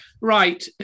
Right